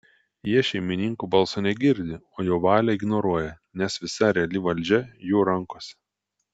jie šeimininko balso negirdi o jo valią ignoruoja nes visa reali valdžia jų rankose